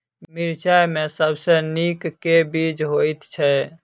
मिर्चा मे सबसँ नीक केँ बीज होइत छै?